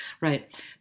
Right